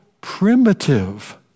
primitive